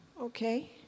Okay